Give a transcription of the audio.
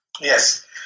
Yes